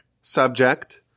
subject